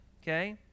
Okay